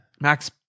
Max